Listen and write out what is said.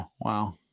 Wow